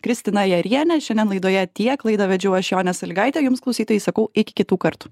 kristina jariene šiandien laidoje tiek laidą vedžiau aš jonė sąlygaitė jums klausytojai sakau iki kitų kart